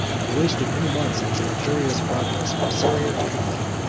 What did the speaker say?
he wasted many months in his luxurious progress from syria to italy,